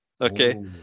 Okay